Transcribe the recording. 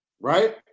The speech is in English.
right